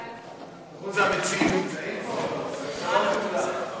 ההצעה להעביר את הנושא לוועדת החוקה,